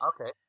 Okay